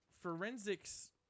forensics